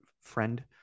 friend